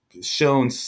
shown